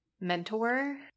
mentor